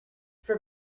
for